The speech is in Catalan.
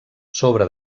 sobre